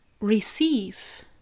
Receive